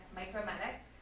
micromedics